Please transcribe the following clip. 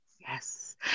yes